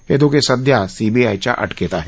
हे दोघे सध्या सीबीआयच्या अटकेत आहेत